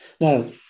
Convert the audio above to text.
Now